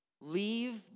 Leave